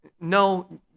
No